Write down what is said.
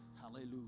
Hallelujah